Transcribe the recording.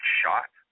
shot